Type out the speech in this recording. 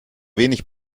wenig